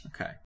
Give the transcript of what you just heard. Okay